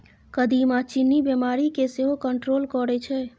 कदीमा चीन्नी बीमारी केँ सेहो कंट्रोल करय छै